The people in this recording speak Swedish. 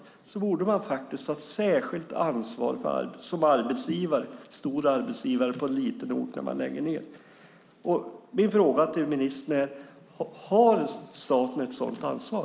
Man borde ha ett särskilt ansvar som en stor arbetsgivare på en liten ort när man lägger ned. Min fråga till ministern är: Har staten ett sådant ansvar?